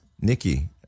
Nikki-